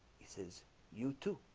he says you to